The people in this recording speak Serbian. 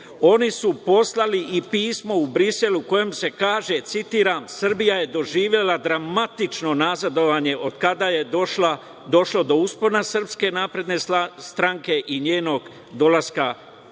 SNS.Oni su poslali i pismo u Brisel u kojem se kaže, citiram – Srbija je doživela dramatično nazadovanje od kada je došlo do uspona SNS i njenog dolaska na